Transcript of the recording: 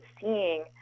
seeing